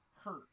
hurt